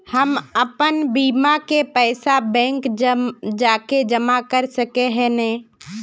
हम अपन बीमा के पैसा बैंक जाके जमा कर सके है नय?